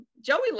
Joey